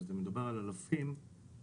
והשירותים בתוך הערים.